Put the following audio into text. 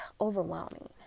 overwhelming